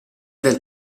del